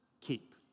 keep